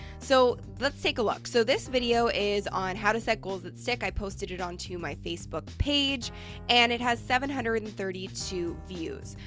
so let's take a look. so this video is on how to set that stick. i posted it onto my facebook page and it has seven hundred and thirty two views.